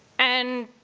and